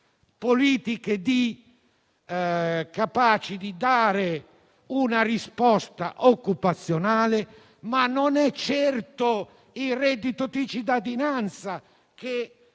politiche capaci di dare una risposta occupazionale. Tuttavia, non è certo il reddito di cittadinanza a